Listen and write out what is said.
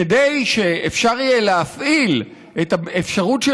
כדי שאפשר יהיה להפעיל את האפשרות של